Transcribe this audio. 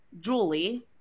julie